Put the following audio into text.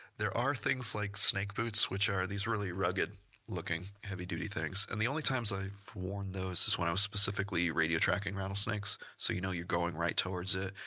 there are things like snake boots which are these really rugged-looking heavy duty things, and the only times i've worn those is when i was specifically radio-tracking rattlesnakes. so you know you're going right towards it,